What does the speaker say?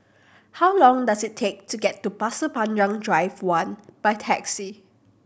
how long does it take to get to Pasir Panjang Drive One by taxi